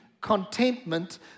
contentment